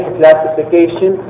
classification